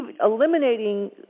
eliminating